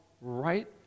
right